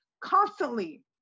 constantly